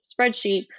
spreadsheet